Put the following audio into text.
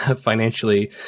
financially